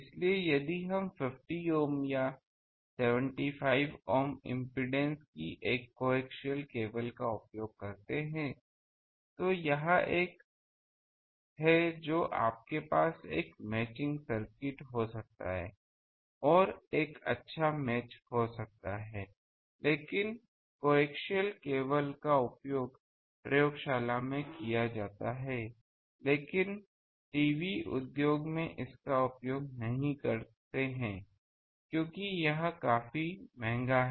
इसलिए यदि हम 50 ohm या 75 ohm इम्पीडेन्स की एक कोएक्सिअल केबल का उपयोग करते हैं तो यह एक है जो आपके पास एक मैचिंग सर्किट हो सकता है और एक अच्छा मैच हो सकता है लेकिन कोएक्सिअल केबल का उपयोग प्रयोगशालाओं में किया जाता है लेकिन टीवी उद्योग में इसका उपयोग नहीं करते हैं क्योंकि यह काफी महंगा है